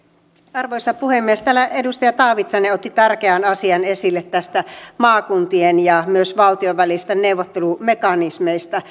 arvoisa puhemies täällä edustaja taavitsainen otti tärkeän asian esille myös maakuntien ja valtion välisistä neuvottelumekanismeista